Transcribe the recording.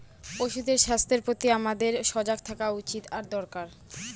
পশুদের স্বাস্থ্যের প্রতি আমাদের সজাগ থাকা উচিত আর দরকার